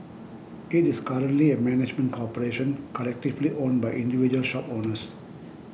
it is currently a management corporation collectively owned by individual shop owners